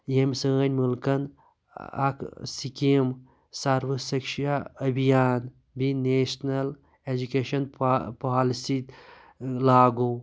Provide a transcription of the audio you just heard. یٔمۍ سٲنۍ مُلکَن اَکھ سِکیم سروٕشِکشا ابھیان بیٚیہِ نیشنَل ایٚجوکیشَن پال پالسی لاگو